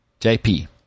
JP